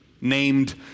named